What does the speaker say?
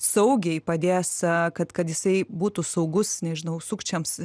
saugiai padės kad kad jisai būtų saugus nežinau sukčiams